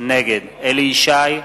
נגד אליהו ישי,